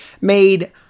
made